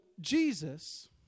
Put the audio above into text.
Jesus